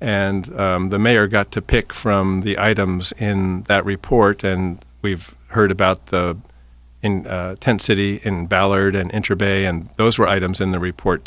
and the mayor got to pick from the items in that report and we've heard about the tent city in ballard and enter baby and those were items in the report